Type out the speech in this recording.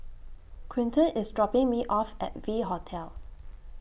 Quinton IS dropping Me off At V Hotel